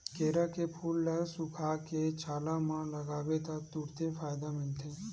केरा के फूल ल सुखोके छाला म लगाबे त तुरते फायदा मिलथे